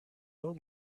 old